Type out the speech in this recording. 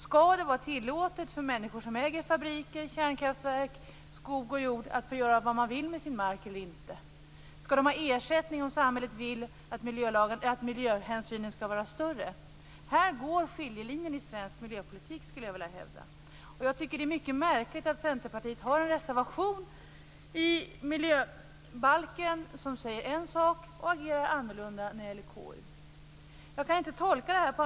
Skall det vara tillåtet för människor som äger fabriker, kärnkraftverk, skog och jord att göra vad de vill med sin mark eller inte? Skall de ha ersättning, om samhället vill utöka miljöhänsynen? Jag skulle vilja hävda att skiljelinjen i svensk miljöpolitik går här. Jag tycker att det är mycket märkligt att Centerpartiet vad gäller miljöbalken har avgivit en reservation i en viss riktning men agerar annorlunda i KU.